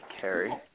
Carrie